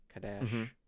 kadash